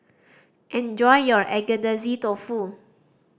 enjoy your Agedashi Dofu